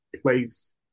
place